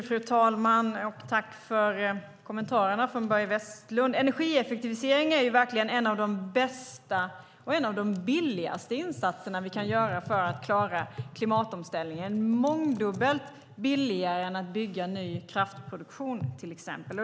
Fru talman! Tack för kommentarerna från Börje Vestlund. Energieffektivisering är verkligen en av de bästa och billigaste insatserna vi kan göra för att klara klimatomställningen, mångdubbelt billigare än att till exempel bygga ny kraftproduktion.